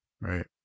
Right